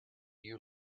you